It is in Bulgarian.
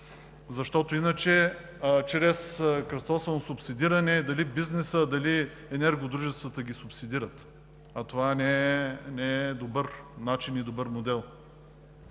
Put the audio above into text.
защото иначе чрез кръстосано субсидиране – дали бизнесът, дали енерго дружествата, ги субсидират, а това не е добър начин и добър модел.